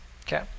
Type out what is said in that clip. Okay